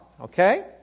Okay